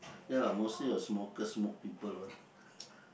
ya mostly the smoker smoke people what